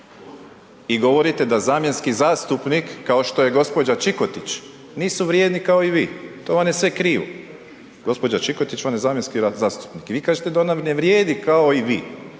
i govorite da zamjenski zastupnik kao što je gospođa Čikotić nisu vrijedni kao i vi, to vam je sve krivo. Gospođa Čikotić vam je zamjenski zastupnik i vi kažete da ona ne vrijedi kao i vi.